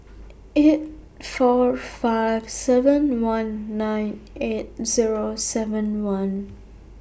eight four five seven one nine eight Zero seven one